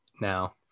now